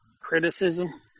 criticism